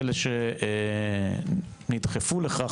אלה שנדחפו לכך,